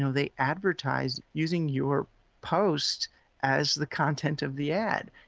so they advertised using your post as the content of the ad.